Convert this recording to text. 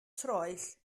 troell